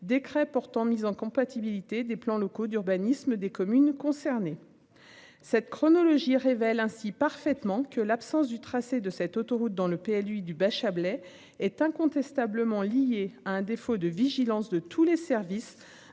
décret portant mise en compatibilité des plans locaux d'urbanisme des communes concernées. Cette chronologie révèle ainsi parfaitement que l'absence du tracé de cette autoroute dans le PLU du bas Chablais est incontestablement lié à un défaut de vigilance de tous les services,